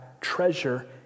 treasure